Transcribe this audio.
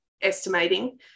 estimating